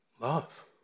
love